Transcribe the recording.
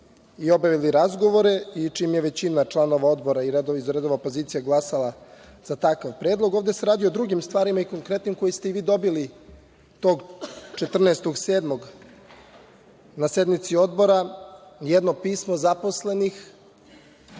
i obavili razgovore i čim je većina članova Odbora i iz redova opozicije glasala za takav predlog, ovde se radi o drugim stvarima i konkretnim koje ste i vi dobili tog 14. jula na sednici Odbora, jedno pismo zaposlenih